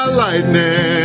lightning